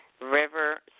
River